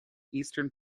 eastern